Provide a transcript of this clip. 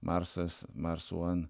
marsas mars one